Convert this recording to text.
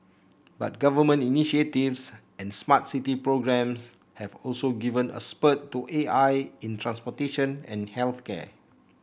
but government initiatives and smart city programs have also given a spurt to A I in transportation and health care